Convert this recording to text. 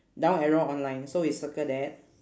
down arrow online so we circle that